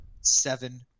Seven